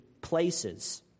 places